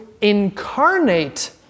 incarnate